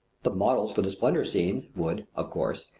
the models for the splendor scenes would, of course,